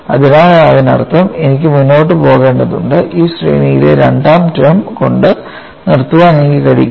അതിനാൽ അതിനർത്ഥം എനിക്ക് മുന്നോട്ട് പോകേണ്ടതുണ്ട് ഈ ശ്രേണിയിലെ രണ്ടാം ടേം കൊണ്ട് നിർത്താൻ എനിക്ക് കഴിയില്ല